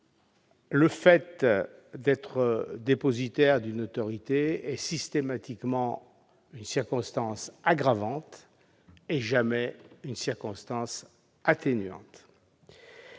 le fait d'être dépositaire d'une autorité est systématiquement une circonstance aggravante, jamais atténuante,